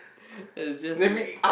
is just mad